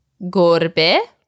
gorbe